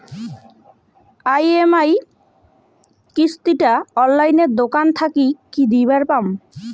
EMI কিস্তি টা অনলাইনে দোকান থাকি কি দিবার পাম?